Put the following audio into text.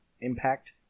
impact